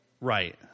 Right